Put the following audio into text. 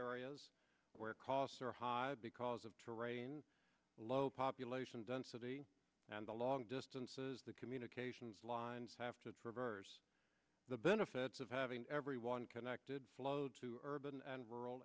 areas where costs are high because of terrain low population density and the long distances the communications lines have to traverse the benefits of having everyone connected flowed to urban and rural